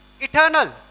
eternal